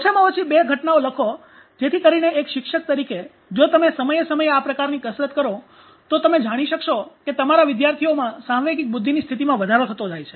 ઓછામાં ઓછી બે ઘટનાઓ લખો જેથી કરીને એક શિક્ષક તરીકે જો તમે સમયે સમયે આ પ્રકારની કસરત કરો તો તમે જાણી શકશો કે તમારા વિદ્યાર્થીઓમાં સાંવેગિક બુદ્ધિની સ્થિતિમાં વધારો થતો જાય છે